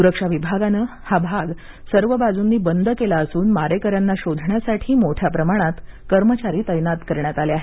सुरक्षा विभागाने हा भाग सर्व बाजूनी बंद केला असून मारेकऱ्यांना शोधण्यासाठी मोठ्या प्रमाणात कर्मचारी तैनात करण्यात आले आहेत